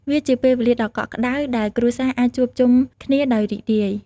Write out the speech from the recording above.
វាជាពេលវេលាដ៏កក់ក្តៅដែលគ្រួសារអាចជួបជុំគ្នាដោយរីករាយ។